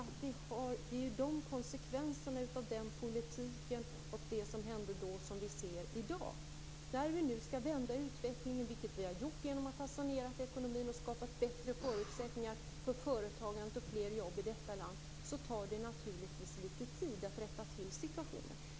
Det är ju konsekvenserna av den politiken och det som hände då som vi ser i dag. Vi skall nu vända utvecklingen. Vi har gjort det genom att sanera ekonomin och skapa bättre förutsättningar för företagande och fler jobb i detta land. Det tar naturligtvis litet tid att rätta till situationen.